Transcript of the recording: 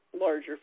larger